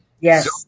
Yes